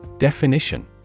Definition